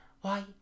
Why